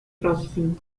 processing